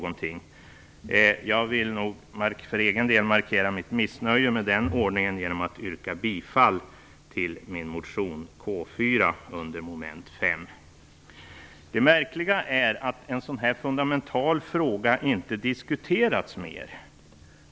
För egen del vill jag nog markera mitt missnöje med den ordningen genom att yrka bifall till min motion K4 under mom. 5. Det märkliga är att en sådan här fundamental fråga inte diskuterats mer.